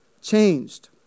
changed